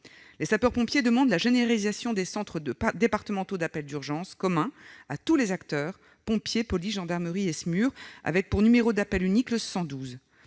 Les sapeurs-pompiers demandent la généralisation de centres départementaux d'appels d'urgence communs à tous les acteurs- pompiers, police, gendarmerie et SMUR -, avec pour numéro d'appel unique le 112.